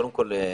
קודם כול,